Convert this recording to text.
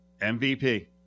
MVP